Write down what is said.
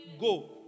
Go